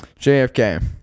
JFK